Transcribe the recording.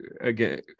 again